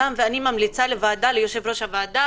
ואני ממליצה ליושב-ראש הוועדה